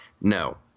No